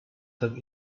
that